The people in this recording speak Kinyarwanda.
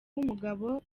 w’umugabo